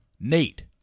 Nate